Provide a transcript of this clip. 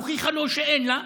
היא הוכיחה לו שאין לה,